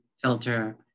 filter